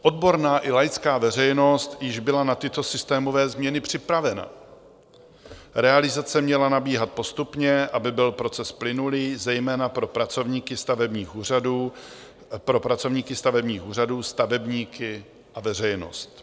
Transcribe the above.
Odborná i laická veřejnost již byla na tyto systémové změny připravena, realizace měla nabíhat postupně, aby byl proces plynulý zejména pro pracovníky stavebních úřadů, stavebníky a veřejnost.